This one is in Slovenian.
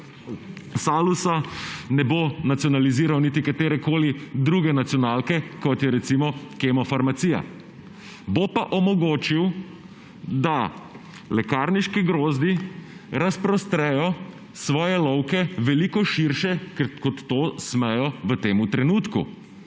Salusa, ne bo nacionaliziral niti katerekoli druge nacionalke, kot je recimo Kemofarmacija. Bo pa omogočil, da lekarniški grozdi razprostrejo svoje lovke veliko širše, kot to smejo v tem trenutku.